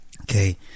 Okay